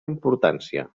importància